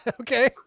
okay